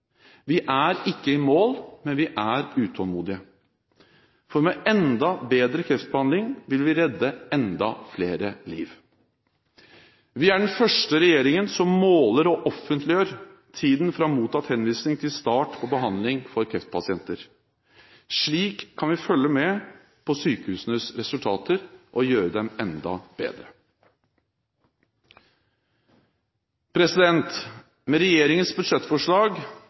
Vi er ikke i mål, men vi er utålmodige, for med enda bedre kreftbehandling vil vi redde enda flere liv. Vi er den første regjeringen som måler og offentliggjør tiden fra mottatt henvisning til start på behandling for kreftpasienter. Slik kan vi følge med på sykehusenes resultater og gjøre dem enda bedre. Med regjeringens budsjettforslag